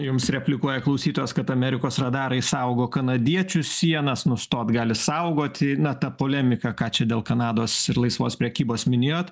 jums replikuoja klausytojas kad amerikos radarai saugo kanadiečių sienas nustot gali saugoti na ta polemika ką čia dėl kanados ir laisvos prekybos minėjot